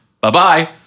bye-bye